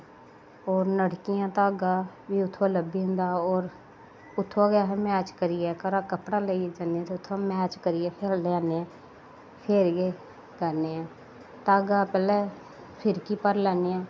होर नलकियां धागा बी उत्थुआं लब्भी जंदा होर उत्थुआं गै में मैच करियै घरा कपड़ा लेई जन्ने फिर उत्थुआं मैच करियै फिर लेई आन्ने आं फिर गै करने आं धागा पैह्ले फिरकी भरी लेन्ने आं